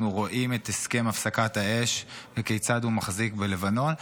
אנחנו רואים את הסכם הפסקת האש וכיצד הוא מחזיק בלבנון,